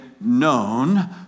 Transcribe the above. known